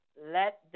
Let